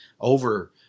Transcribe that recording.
over